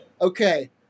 Okay